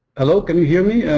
hello, can you hear me,